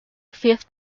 fifth